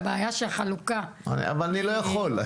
הבעיה שהחלוקה --- אבל אני לא יכול,